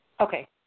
Okay